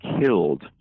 killed